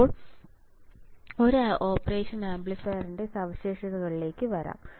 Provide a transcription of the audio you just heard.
ഇപ്പോൾ ഒരു ഓപ്പറേഷൻ ആംപ്ലിഫയറിൻറെ സവിശേഷതകളിലേക്ക് വരാം